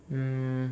um